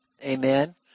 Amen